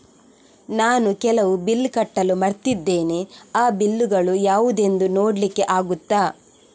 ನಾನು ಕೆಲವು ಬಿಲ್ ಕಟ್ಟಲು ಮರ್ತಿದ್ದೇನೆ, ಆ ಬಿಲ್ಲುಗಳು ಯಾವುದೆಂದು ನೋಡ್ಲಿಕ್ಕೆ ಆಗುತ್ತಾ?